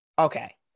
Okay